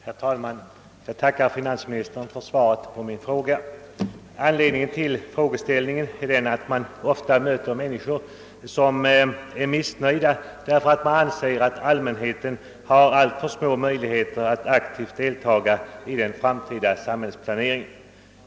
Herr talman! Jag tackar finansministern för svaret på min fråga. Anledningen till att den ställdes var att man ofta möter människor som är missnöjda därför att de anser att allmänheten har alltför små möjligheter att aktivt deltaga i den framtida samhällsplaneringen.